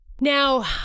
Now